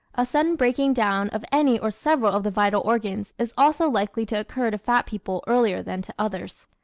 a sudden breaking down of any or several of the vital organs is also likely to occur to fat people earlier than to others.